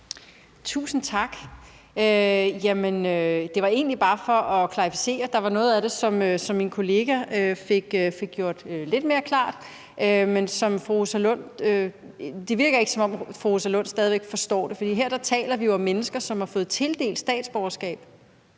Tusind tak. Jamen det var egentlig bare for at klarificere. Der var noget af det, som min kollega fik gjort lidt mere klart, men det virker stadig væk ikke, som om fru Rosa Lund forstår det. Her taler vi jo om mennesker, der har fået tildelt statsborgerskab,